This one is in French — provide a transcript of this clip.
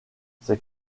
ces